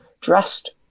dressed